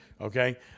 Okay